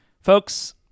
Folks